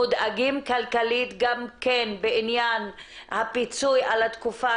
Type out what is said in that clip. מודאגים כלכלית גם כן בעניין הפיצוי על התקופה